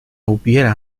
hubiera